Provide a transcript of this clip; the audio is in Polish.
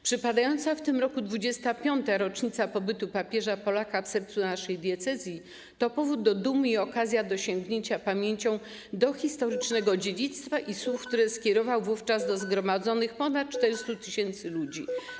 Przypadająca w tym roku 25. rocznica pobytu papieża Polaka w sercu naszej diecezji to powód do dumy i okazja do sięgnięcia pamięcią do historycznego dziedzictwa i słów, które skierował wówczas do zgromadzonych ponad 400 tys. ludzi.